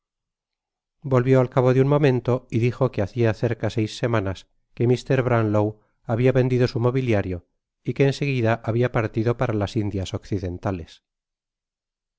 volvió al cabo de un momento y dijo que hacia cerca seis semanas que mr bronwloav habia vendido su moviliario y que en seguida habia partido para las indias occidentales